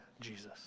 Jesus